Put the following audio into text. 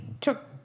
took